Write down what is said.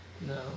No